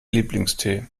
lieblingstee